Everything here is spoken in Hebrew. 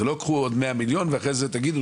זה לא קחו עוד מאה מיליון ואחרי זה תגידו